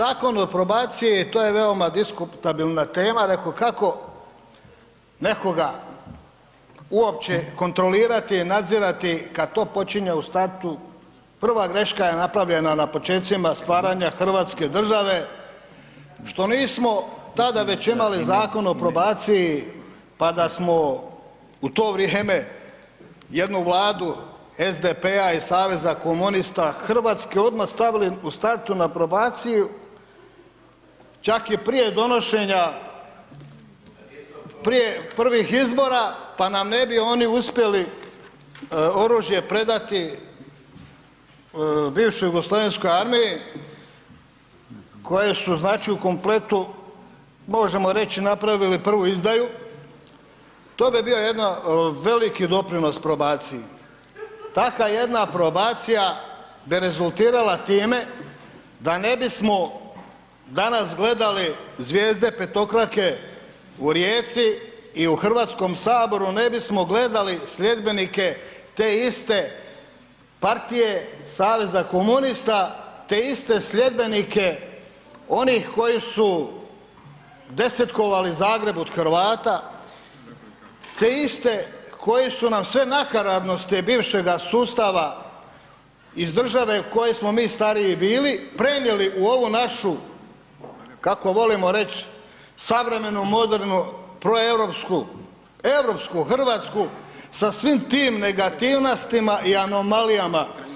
Ha, Zakon o probaciji, to je veoma diskutabilna tema, reko kako nekoga uopće kontrolirati i nadzirati kad to počinje u startu, prva greška je napravljena na počecima stvaranja hrvatske države što nismo tada već imali Zakon o probaciji, pa da smo u to vrijeme jednu Vladu SDP-a i Saveza komunista Hrvatske odma stavili u startu na probaciju čak i prije donošenja, prije prvih izbora, pa nam ne bi oni uspjeli oružje predati bivšoj JNA koje su znači u kompletu, možemo reći napravili prvu izdaju, to bi bio jedna veliki doprinos probaciji, taka jedna probacija bi rezultirala time da ne bismo danas gledali zvijezde petokrake u Rijeci i u HS ne bismo gledali sljedbenike te iste partije saveza komunista, te iste sljedbenike onih koji su desetkovali Zagreb od Hrvata, te iste koji su nam sve nakaradnosti bivšega sustava, iz države u kojoj smo mi stariji bili, prenijeli u ovu našu kako volimo reć savremenu modernu proeuropsku, europsku RH sa svim tim negativnostima i anomalijama.